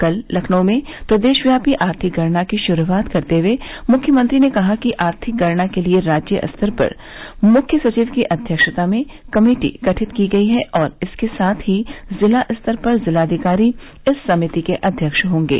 कल लखनऊ में प्रदेशव्यापी आर्थिक गणना की शुरूआत करते हुए मुख्यमंत्री ने कहा कि आर्थिक गणना के लिये राज्य स्तर पर मुख्य सचिव की अध्यक्षता में कमेटी गठित की गई है और इसके साथ ही जिला स्तर पर जिलाधिकारी इस समिति के अध्यक्ष होंगे